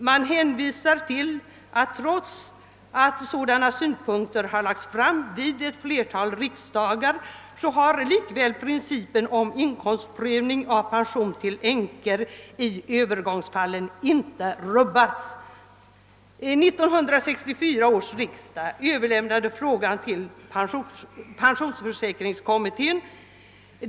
Man hänvisar till att trots att sådana synpunkter förts fram vid ett flertal riksdagar har principen om inkomstprövning av pension till änkor i övergångsfallen likväl inte rubbats. 1964 års riksdag överlämnade frågan till pensionsförsäkringskommittén.